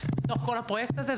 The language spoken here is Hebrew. מתוך כל הפרויקט הזה,